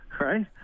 right